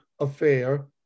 affair